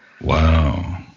Wow